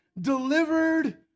delivered